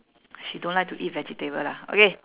she don't like to eat vegetable lah okay